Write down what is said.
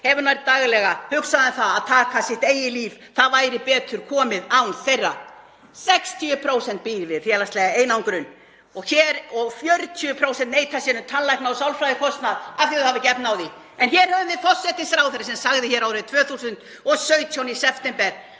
hefur nær daglega hugsað um að taka sitt eigið líf, það væri betur komið án þeirra. 60% búa við félagslega einangrun og 40% neita sér um tannlækna- og sálfræðikostnað af því að þau hafa ekki efni á því. En hér höfum við forsætisráðherra sem sagði árið 2017 í september